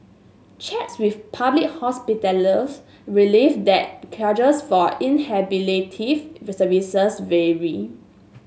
checks with public hospitals revealed that charges for services vary